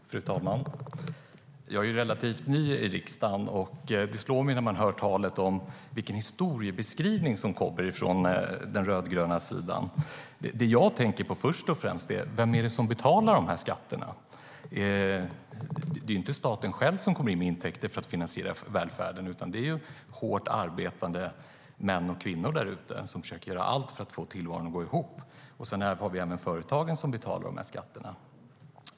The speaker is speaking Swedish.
Fru talman! Jag är relativt ny i riksdagen, vilket slår mig när vi hör talet om vilken historieskrivning som kommer från den rödgröna sidan. Det jag först och främst tänker på är vem det är som betalar skatterna. Det är ju inte staten själv som kommer in med intäkter för att finansiera välfärden, utan det är hårt arbetande män och kvinnor där ute som försöker göra allt för att få tillvaron att gå ihop. Sedan har vi även företagen som betalar skatt.